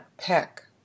pick